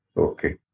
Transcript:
Okay